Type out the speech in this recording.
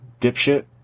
dipshit